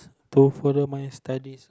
to further my studies